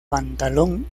pantalón